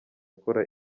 akora